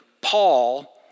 Paul